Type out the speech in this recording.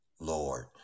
Lord